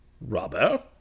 Rubber